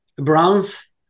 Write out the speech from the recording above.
bronze